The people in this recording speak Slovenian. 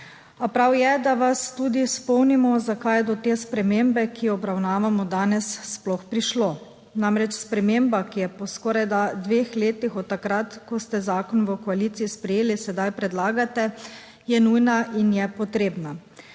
A prav je, da vas tudi spomnimo zakaj je do te spremembe, ki jo obravnavamo danes sploh prišlo. Namreč, sprememba, ki je po skoraj dveh letih od takrat, ko ste zakon v koaliciji sprejeli, sedaj predlagate je nujna in je potrebna